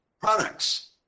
products